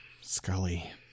Scully